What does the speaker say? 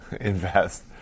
invest